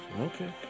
Okay